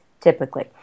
typically